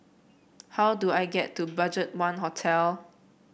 how do I get to BudgetOne Hotel